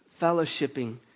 fellowshipping